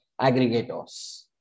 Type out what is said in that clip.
aggregators